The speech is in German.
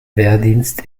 wehrdienst